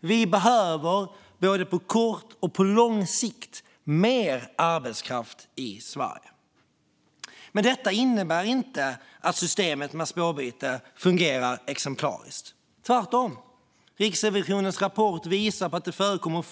Sverige behöver på både kort och lång sikt mer arbetskraft. Det innebär dock inte att systemet med spårbyte fungerar exemplariskt, tvärtom. Riksrevisionens rapport visar att det förekommer